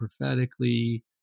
prophetically